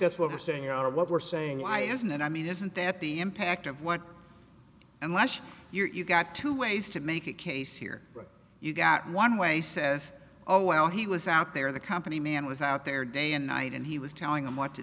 that's what they say are what we're saying why isn't it i mean isn't that the impact of what unless you're got two ways to make a case here you've got one way says oh well he was out there the company man was out there day and night and he was telling them what to